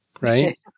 right